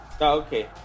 Okay